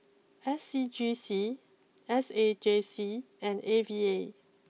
S C G C S A J C and A V A